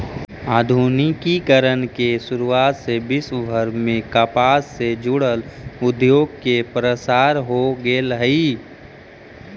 आधुनिकीकरण के शुरुआत से विश्वभर में कपास से जुड़ल उद्योग के प्रसार हो गेल हई